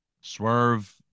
Swerve